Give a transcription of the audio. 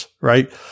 right